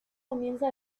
comienza